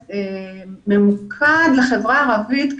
ממוקד לחברה הערבית,